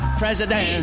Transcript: president